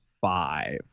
five